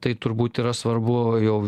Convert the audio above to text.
tai turbūt yra svarbu jau